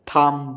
থাম